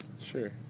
Sure